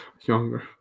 younger